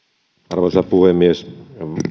arvoisa puhemies